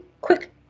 quick